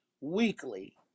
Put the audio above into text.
weekly